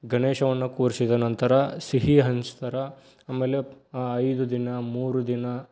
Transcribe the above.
ಗಣೇಶನನ್ನ ಕೂರಿಸಿದ ನಂತರ ಸಿಹಿ ಹಂಚ್ತಾರೆ ಆಮೇಲೆ ಐದು ದಿನ ಮೂರು ದಿನ